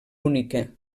única